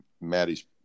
Maddie's